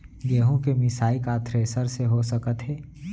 गेहूँ के मिसाई का थ्रेसर से हो सकत हे?